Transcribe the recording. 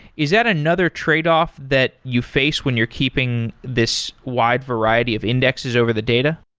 is that another tradeoff that you face when you're keeping this wide variety of indexes over the data?